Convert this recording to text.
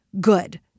good